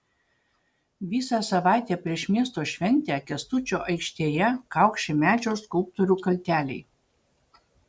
visą savaitę prieš miesto šventę kęstučio aikštėje kaukši medžio skulptorių kalteliai